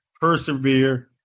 persevere